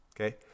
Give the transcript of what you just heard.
Okay